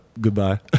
Goodbye